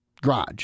garage